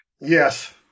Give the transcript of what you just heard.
Yes